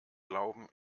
glauben